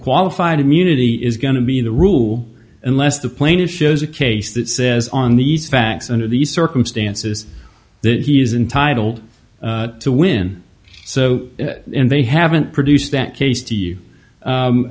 qualified immunity is going to be the rule unless the plaintiff shows a case that says on these facts under these circumstances that he is entitled to win so and they haven't produced that case to you